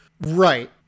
right